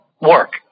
work